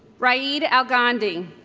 raed alghamdi